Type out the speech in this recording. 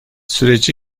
süreci